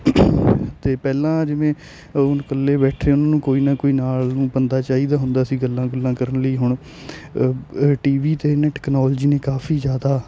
ਅਤੇ ਪਹਿਲਾਂ ਜਿਵੇਂ ਉਨ ਇਕੱਲੇ ਬੈਠੇ ਉਨ੍ਹਾਂ ਨੂੰ ਕੋਈ ਨਾ ਕੋਈ ਨਾਲ ਨੂੰ ਬੰਦਾ ਚਾਹੀਦਾ ਹੁੰਦਾ ਸੀ ਗੱਲਾਂ ਗੁੱਲਾਂ ਕਰਨ ਲਈ ਹੁਣ ਟੀਵੀ 'ਤੇ ਇੰਨੇ ਟੈਕਨੋਲਜੀ ਨੇ ਕਾਫ਼ੀ ਜ਼ਿਆਦਾ